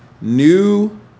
new